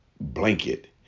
blanket